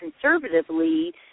conservatively